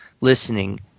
listening